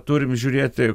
turim žiūrėti